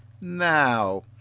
now